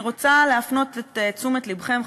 אני רוצה להפנות את תשומת לבכם,